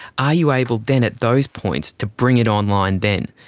are you able then at those points to bring it online then?